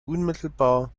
unmittelbar